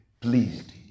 pleased